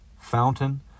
fountain